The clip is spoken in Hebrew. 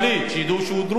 שידעו שהוא דרוזי.